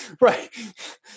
Right